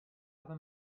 habe